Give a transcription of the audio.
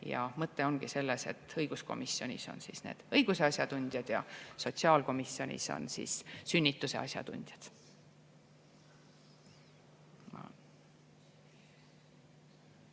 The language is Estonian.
ja mõte ongi selles, et õiguskomisjonis on õiguse asjatundjad ja sotsiaalkomisjonis on sünnituse asjatundjad.